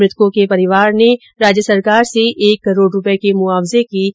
मृतकों के परिवार ने राज्य सरकार से एक करोड़ रूपये के मुआवजे की मांग की है